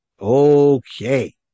Okay